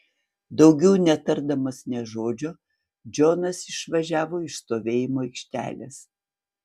daugiau netardamas nė žodžio džonas išvažiavo iš stovėjimo aikštelės